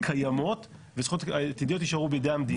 קיימות והזכויות העתידיות יישארו בידי המדינה.